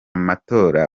matora